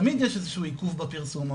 תמיד יש איזשהו עיכוב בפרסום,